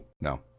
no